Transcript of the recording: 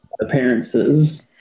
appearances